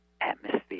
atmosphere